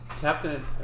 Captain